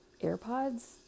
AirPods